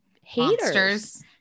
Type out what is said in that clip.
haters